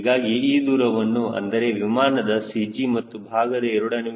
ಹೀಗಾಗಿ ಈ ದೂರವನ್ನು ಅಂದರೆ ವಿಮಾನದ CG ಮತ್ತು ಭಾಗದ a